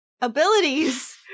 abilities